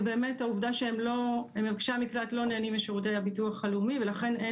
זה באמת העובדה שמבקשי המקלט לא נהנים משירותי הביטוח הלאומי ולכן אין